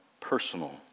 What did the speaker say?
personal